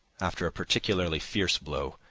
after a particularly fierce blow,